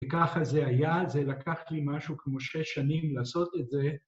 וככה זה היה, זה לקח לי משהו כמו שש שנים לעשות את זה.